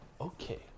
Okay